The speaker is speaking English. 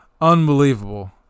Unbelievable